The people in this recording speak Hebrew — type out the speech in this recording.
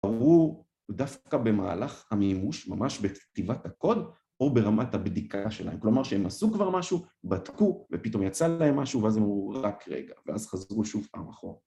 הראו דווקא במהלך המימוש, ממש בכתיבת הקוד או ברמת הבדיקה שלהם כלומר שהם עשו כבר משהו, בדקו ופתאום יצא להם משהו ואז הם אמרו רק רגע ואז חזרו שוב פעם אחור